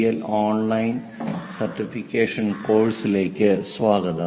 L online certification കോഴ്സുകളിലേക്ക് സ്വാഗതം